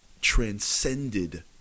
transcended